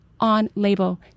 on-label